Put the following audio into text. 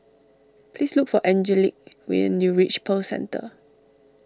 please look for Angelic when you reach Pearl Centre